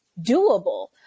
doable